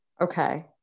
okay